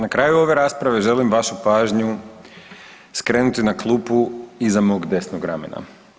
Na kraju ove rasprave želim vašu pažnju skrenuti na klupu iza mog desnog ramena.